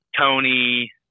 Tony